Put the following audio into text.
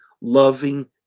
loving